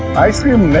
ice cream! oh!